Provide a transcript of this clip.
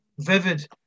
vivid